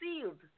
sealed